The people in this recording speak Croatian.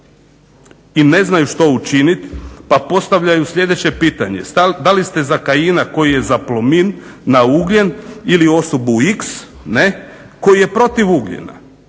i ne znaju što učinit, pa postavljaju sljedeće pitanje da li ste za Kajina koji je za Plomin na ugljen ili osobu x koji je protiv ugljena.